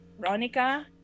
Ronica